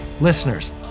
Listeners